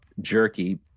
jerky